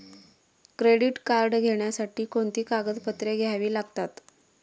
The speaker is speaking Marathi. क्रेडिट कार्ड घेण्यासाठी कोणती कागदपत्रे घ्यावी लागतात?